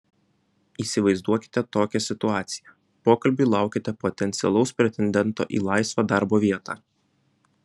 įsivaizduokite tokią situaciją pokalbiui laukiate potencialaus pretendento į laisvą darbo vietą